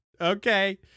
okay